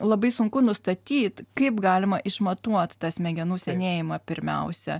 labai sunku nustatyt kaip galima išmatuot tą smegenų senėjimą pirmiausia